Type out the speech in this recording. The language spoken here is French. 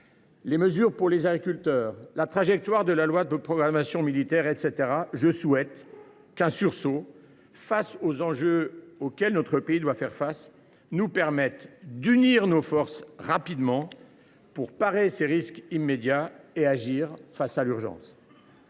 mesures pour les agriculteurs, trajectoire de la loi de programmation militaire, etc. Je souhaite que, face aux enjeux auxquels notre pays doit faire face, un sursaut nous permette d’unir nos forces rapidement pour parer ces risques immédiats et agir face à l’urgence.